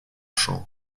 champ